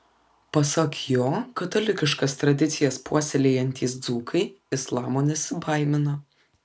pasak jo katalikiškas tradicijas puoselėjantys dzūkai islamo nesibaimina